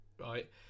right